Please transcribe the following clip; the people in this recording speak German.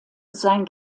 sein